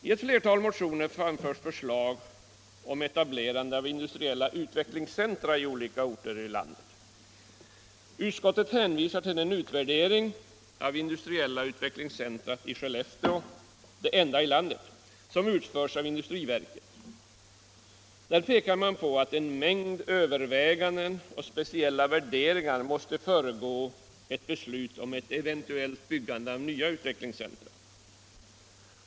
I ett flertal motioner framförs förslag om etablerande av industriella utvecklingscentra i olika orter i landet. Utskottet hänvisar till den utvärdering av det industriella utvecklingscentret i Skellefteå, det enda i landet, som utförts av industriverket. Där pekar man på att en mängd överväganden och speciella värderingar måste föregå ett beslut om eventuellt byggande av nya utvecklingscentra.